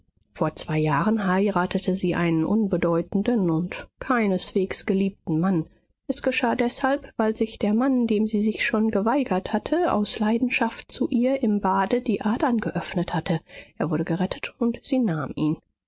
vor zwei jahren heiratete sie einen unbedeutenden und keineswegs geliebten mann es geschah deshalb weil sich der mann dem sie sich schon geweigert hatte aus leidenschaft zu ihr im bade die adern geöffnet hatte er wurde gerettet und sie nahm ihn